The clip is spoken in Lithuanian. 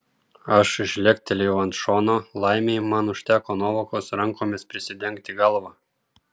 aš žlegtelėjau ant šono laimei man užteko nuovokos rankomis prisidengti galvą